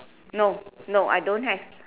no no I don't have